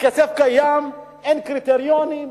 הכסף קיים, אין קריטריונים.